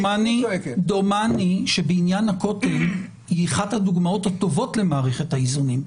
דומני שבעניין הכותל זו אחת הדוגמאות הטובות למערכת האיזונים,